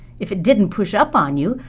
if it didn't push up on you,